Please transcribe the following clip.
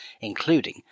including